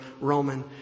Roman